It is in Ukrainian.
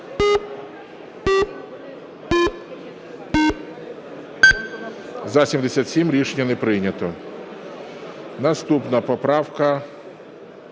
За-77 Рішення не прийнято. Наступна поправка